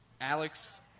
Alex